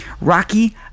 Rocky